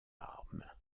arme